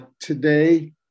Today